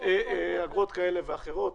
אגרות כאלה ואחרות.